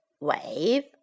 Wave